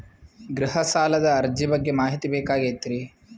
ಗೃಹ ಸಾಲದ ಅರ್ಜಿ ಬಗ್ಗೆ ಮಾಹಿತಿ ಬೇಕಾಗೈತಿ?